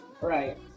Right